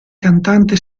cantante